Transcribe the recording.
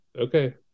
okay